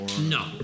No